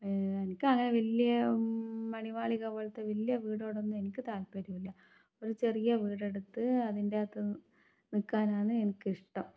എനിക്കാണെങ്കിൽ വലിയ മണിമാളിക പോലത്തെ വലിയ വീടോടൊന്നും എനിക്ക് താൽപ്പര്യം ഇല്ല ഒരു ചെറിയ വീടെടുത്ത് അതിൻറ്റകത്ത് നിൽക്കാനാണ് എനിക്ക് ഇഷ്ട്ടം